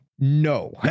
No